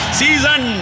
season